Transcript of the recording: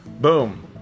boom